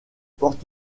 porte